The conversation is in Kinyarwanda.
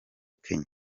kenya